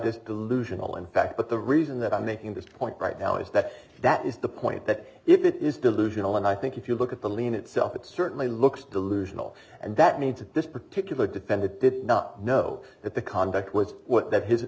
delusional in fact but the reason that i'm making this point right now is that that is the point that if it is delusional and i think if you look at the lean itself it certainly looks delusional and that means that this particular defendant did not know that the conduct was what